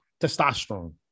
testosterone